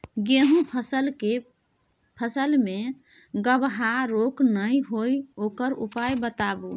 गेहूँ के फसल मे गबहा रोग नय होय ओकर उपाय बताबू?